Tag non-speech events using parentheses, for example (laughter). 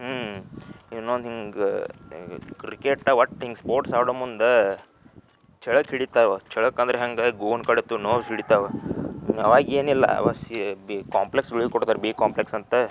ಹ್ಞೂ ಇನ್ನೊಂದು ಹಿಂಗೆ ಕ್ರಿಕೇಟ ಒಟ್ಟು ಹಿಂಗೆ ಸ್ಪೋರ್ಟ್ಸ್ ಆಡೊ ಮುಂದೆ ಛಳಕು ಹಿಡಿತಾವೆ ಛಳಕು ಅಂದ್ರೆ ಹೆಂಗೆ ಗೋನ್ ಕಡತು ನೋವು ಹಿಡಿತಾವೆ ಆವಾಗ ಏನಿಲ್ಲ (unintelligible) ಬಿ ಕಾಂಪ್ಲೆಕ್ಸ್ ಗುಳಿಗೆ ಕೊಡ್ತಾರೆ ಬಿ ಕಾಂಪ್ಲೆಕ್ಸ್ ಅಂತ